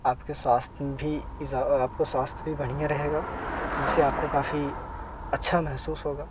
आपके स्वास्थ में भी इज़ आपको स्वास्थ भी बढ़िया रहेगा जिससे आपको काफी अच्छा महसूस होगा